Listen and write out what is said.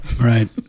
Right